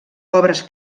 obres